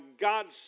God's